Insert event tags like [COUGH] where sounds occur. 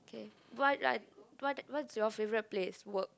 K what [NOISE] what what's your favorite place work